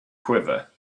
quiver